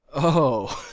o,